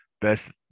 Best